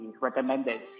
recommended